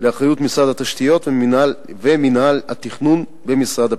לאחריות משרד התשתיות ומינהל התכנון במשרד הפנים.